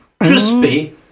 crispy